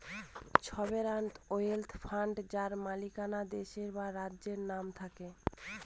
sovereign wealth fund যার মালিকানা দেশের বা রাজ্যের নামে থাকে